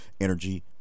energy